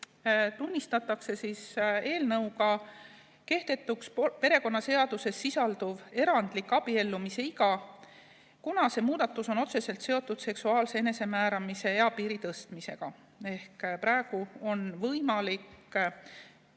tunnistatakse eelnõuga kehtetuks perekonnaseaduses sisalduv erandlik abiellumisiga, kuna see muudatus on otseselt seotud seksuaalse enesemääramise eapiiri tõstmisega. Praegu on võimalik